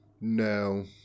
No